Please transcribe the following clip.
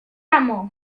remor